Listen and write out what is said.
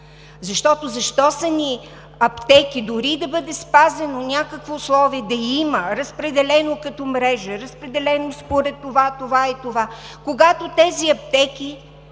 Защото, защо са ни аптеки, дори и да бъде спазено някакво условие – да има разпределено като мрежа, разпределено според това, това и това, когато работното